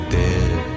dead